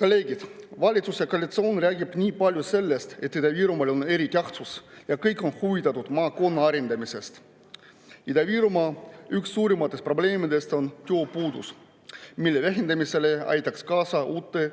Kolleegid! Valitsuskoalitsioon räägib nii palju sellest, et Ida-Virumaal on eritähtsus ja kõik on huvitatud maakonna arendamisest. Ida-Virumaa üks suurimaid probleeme on tööpuudus, mille vähendamisele aitaks kaasa uute